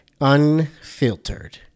Unfiltered